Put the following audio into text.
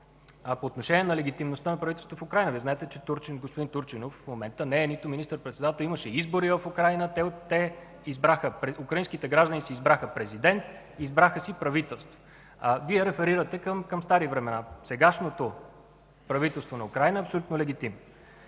по отношение на легитимността на правителството в Украйна. Нали знаете, че господин Турчинов в момента не е нито министър-председател... Имаше избори в Украйна, украинските граждани си избраха президент, избраха си правителство. Вие реферирате към стари времена. Сегашното правителство на Украйна е абсолютно легитимно.